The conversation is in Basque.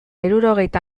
hirurogeita